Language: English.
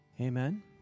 Amen